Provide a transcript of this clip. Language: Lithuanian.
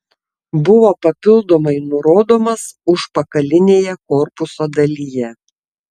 buvo papildomai nurodomas užpakalinėje korpuso dalyje